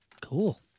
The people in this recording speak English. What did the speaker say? Cool